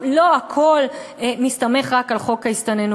לא הכול מסתמך רק על חוק ההסתננות,